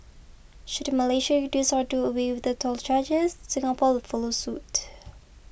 should Malaysia reduce or do away with the toll charges Singapore will follow suit